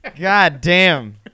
Goddamn